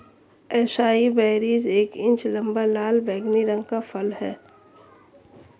acai berries एक inch लंबा, लाल बैंगनी रंग का फल है